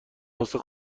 واسه